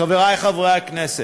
חברי חברי הכנסת,